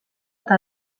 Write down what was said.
eta